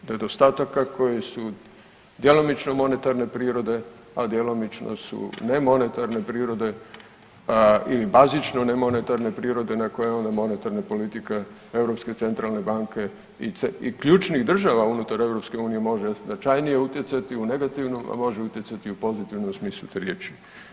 Nedostataka koji su djelomično monetarne prirode, a djelomično su nemonetarne prirode, pa i bazično nemonetarne prirode na koje one monetarne politike Europske centralne banke i ključnih država unutar EU može značajnije utjecati u negativnom, a može utjecati u pozitivnom smislu te riječi.